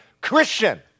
Christian